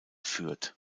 führt